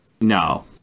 no